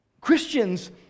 Christians